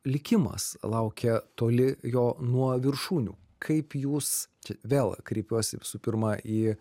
likimas laukia toli jo nuo viršūnių kaip jūs čia vėl kreipiuosi visų pirma į